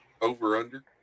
over-under